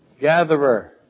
Gatherer